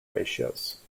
ratios